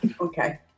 Okay